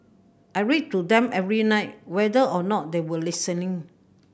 I read to them every night whether or not they were listening